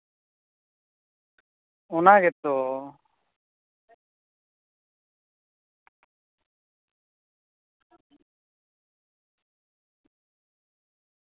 ᱚᱱᱟᱜᱮᱛᱚ